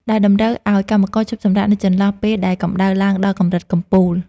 ដែលតម្រូវឱ្យកម្មករឈប់សម្រាកនៅចន្លោះពេលដែលកម្ដៅឡើងដល់កម្រិតកំពូល។